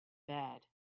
bad